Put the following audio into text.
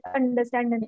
understand